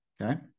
Okay